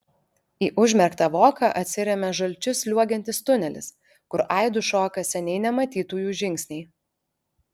į užmerktą voką atsiremia žalčiu sliuogiantis tunelis kur aidu šoka seniai nematytųjų žingsniai